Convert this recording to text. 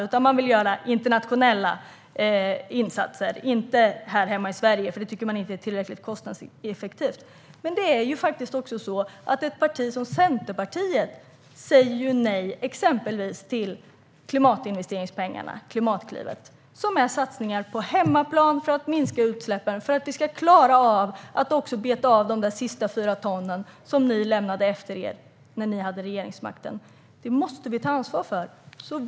De vill göra internationella insatser, men inte här hemma i Sverige, för det är inte tillräckligt kostnadseffektivt. Centerpartiet är ett parti som säger nej till exempelvis klimatinvesteringspengarna - Klimatklivet - som är satsningar på hemmaplan för att minska utsläppen och för att vi ska klara av att beta av de sista 4 ton som ni lämnade efter er när ni lämnade regeringsmakten. Detta måste vi ta ansvar för.